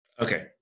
Okay